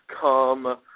come